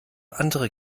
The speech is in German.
andere